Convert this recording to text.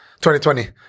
2020